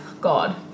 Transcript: God